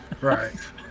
Right